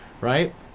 right